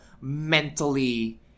mentally